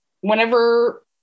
whenever